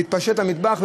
זה התפשט למטבח,